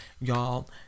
Y'all